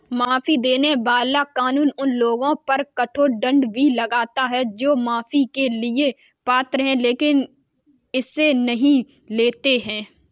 माफी देने वाला कानून उन लोगों पर कठोर दंड भी लगाता है जो माफी के लिए पात्र हैं लेकिन इसे नहीं लेते हैं